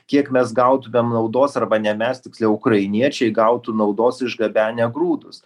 kiek mes gautumėm naudos arba ne mes tiksliau ukrainiečiai gautų naudos išgabenę grūdus